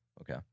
okay